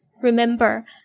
Remember